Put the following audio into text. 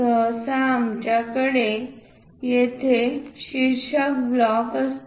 सहसा आमच्याकडे येथे शीर्षक ब्लॉक असते